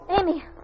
Amy